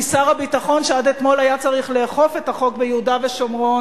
כי שר הביטחון שעד אתמול היה צריך לאכוף את החוק ביהודה ושומרון,